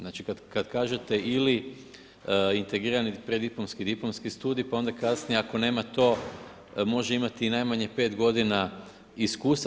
Znači kad kažete ili integrirani preddiplomski, diplomski studij, pa onda kasnije ako nema to, može imati i najmanje 5 godina iskustva.